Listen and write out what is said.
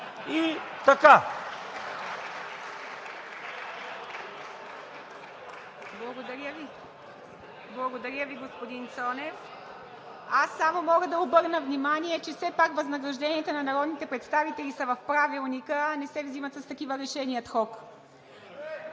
ИВА МИТЕВА: Благодаря Ви, господин Цонев. Аз само мога да обърна внимание, че все пак възнагражденията на народните представители са в Правилника, а не се вземат с такива решения – адхок.